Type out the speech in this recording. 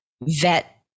vet